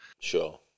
Sure